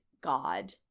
god